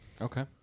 Okay